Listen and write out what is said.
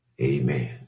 amen